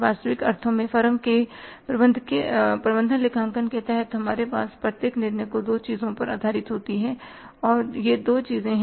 वास्तविक अर्थों में फर्म में प्रबंधन लेखांकन के तहत हमारे प्रत्येक निर्णय को दो चीजों पर आधारित होना चाहिए और ये दो चीजें क्या हैं